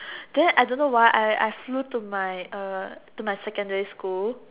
then I don't why I I flew to my uh to my secondary school